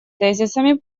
тезисами